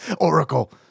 Oracle